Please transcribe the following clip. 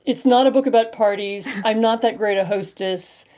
it's not a book about parties. i'm not that great a hostess.